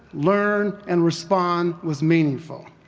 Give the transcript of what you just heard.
learn and respond was meaningful,